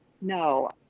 no